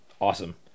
awesome